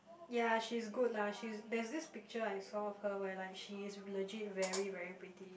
ya she's good lah she's there's this picture I saw of her where like she's legit very very pretty